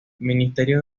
ministerio